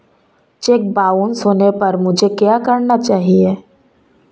Check bounce होने पर मुझे क्या करना चाहिए?